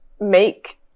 make